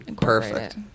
perfect